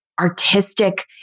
artistic